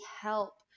help